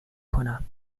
کنم